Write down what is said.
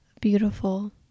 beautiful